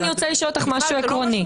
אני רוצה לשאול אותך משהו עקרוני.